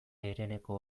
hereneko